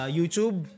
youtube